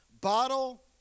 bottle